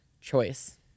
choice